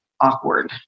awkward